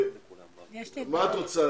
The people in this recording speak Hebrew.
את רוצה